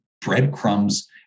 breadcrumbs